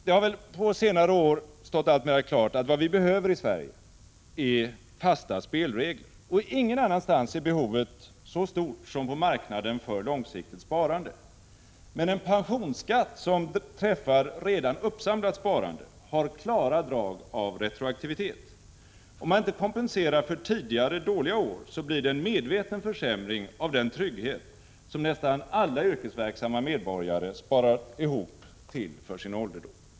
Det har på senare år stått alltmera klart att vad vi behöver i Sverige är fasta spelregler. Ingen annanstans är behovet så stort som på marknaden för långsiktigt sparande. En pensionsskatt som träffar redan uppsamlat sparande har emellertid klara drag av retroaktivitet. Om man inte kompenserar för tidigare dåliga år blir det en medveten försämring av den trygghet som nästan alla yrkesverksamma medborgare sparar till för sin ålderdom.